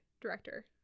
director